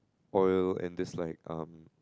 oil and just like um